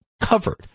covered